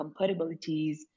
compatibilities